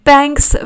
Banks